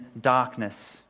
darkness